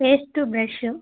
paste brush